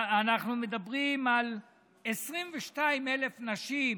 אנחנו מדברים על 22,000 פעוטות.